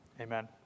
Amen